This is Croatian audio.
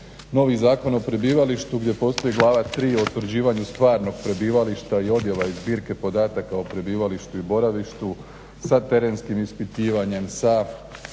novi Zakon o prebivalištu gdje postoji glava tri o utvrđivanju stvarnog prebivališta i odjava iz zbirke podataka o prebivalištu i boravištu sa terenskim ispitivanjem,